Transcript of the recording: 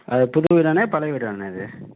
அது புது வீடாண்ணே பழைய வீடாண்ணே அது